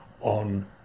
on